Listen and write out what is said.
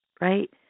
Right